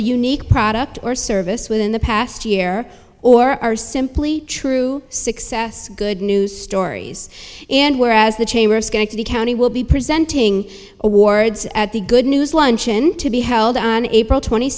unique product or service within the past year or are simply true success good news stories and whereas the chamber of schenectady county will be presenting awards at the good news luncheon to be held on april twenty